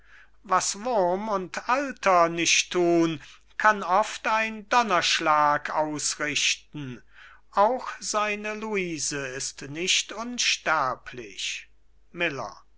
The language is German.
väter was wurm und alter nicht thun kann oft ein donnerschlag ausrichten auch seine luise ist nicht unsterblich miller